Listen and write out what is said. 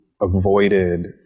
avoided